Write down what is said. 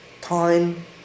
time